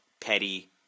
petty